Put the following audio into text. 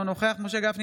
אינו נוכח משה גפני,